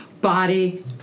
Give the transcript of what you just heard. Body